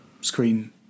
screen